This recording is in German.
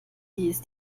ist